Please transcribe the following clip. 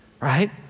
Right